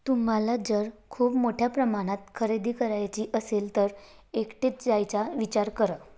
तुम्हाला जर खूप मोठ्या प्रमाणात खरेदी करायची असेल तर एकटेच जायचा विचार करा